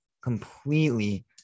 completely